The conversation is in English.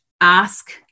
ask